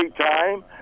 time